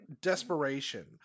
desperation